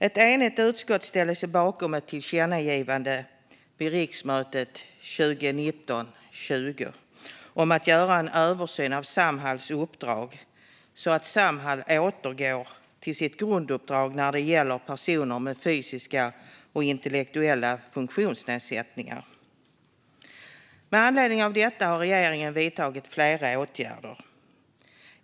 Ett enigt utskott ställer sig bakom ett förslag till tillkännagivande vid riksmötet 2019/20 om att göra en översyn av Samhalls uppdrag så att Samhall återgår till sitt grunduppdrag när det gäller personer med fysiska och intellektuella funktionsnedsättningar. Med anledning av detta har regeringen vidtagit flera åtgärder.